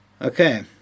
Okay